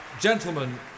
gentlemen